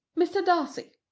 mr. darcy.